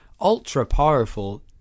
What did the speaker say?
ultra-powerful